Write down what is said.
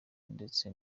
ndetse